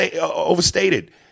overstated